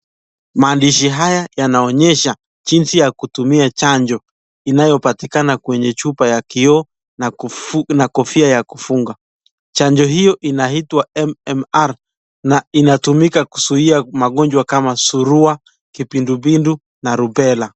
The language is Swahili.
Maandishi haya yanaoonyesha jinsi ya kutumia chanjo inayopatikana kwenye chupa ya kioo na kofia ya kufunga, chanjo hiyo inaitwa MMR na inatumika kuzuia magonjwa kama surua, kipindupindu na rubela.